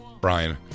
Brian